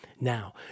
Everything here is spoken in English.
Now